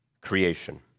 creation